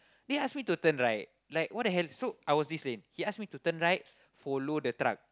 he ask me to turn right like what the hell so I was this lane he ask me to turn right follow the truck